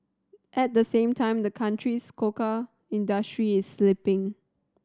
at the same time the country's cocoa industry is slipping